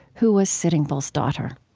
who was sitting bull's daughter